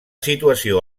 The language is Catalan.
situació